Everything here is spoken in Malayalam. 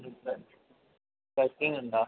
റിസർച്ച് ട്രക്കിംഗ് ഉണ്ടോ